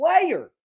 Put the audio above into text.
player